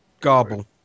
garble